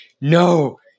no